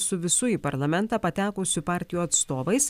su visų į parlamentą patekusių partijų atstovais